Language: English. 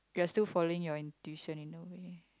you are still following your intuition in a way